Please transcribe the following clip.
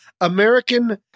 American